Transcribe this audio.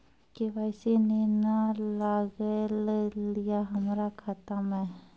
KYC ने न लागल या हमरा खाता मैं?